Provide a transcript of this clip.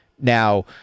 Now